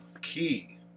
key